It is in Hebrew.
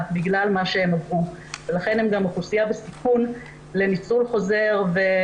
בגלל מה שהם עברו ולכן הם גם אוכלוסייה בסיכון לניצול חוזר.